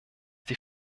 die